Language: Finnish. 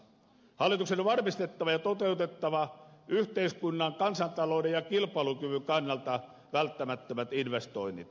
hallituksen on varmistettava ja toteutettava yhteiskunnan kansantalouden ja kilpailukyvyn kannalta välttämättömät investoinnit